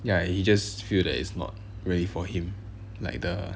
ya he just feel that is not really for him like the